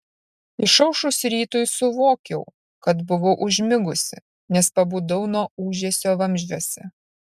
išaušus rytui suvokiau kad buvau užmigusi nes pabudau nuo ūžesio vamzdžiuose